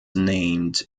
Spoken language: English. named